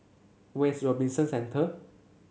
where is Robinson Centre